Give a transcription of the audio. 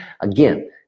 again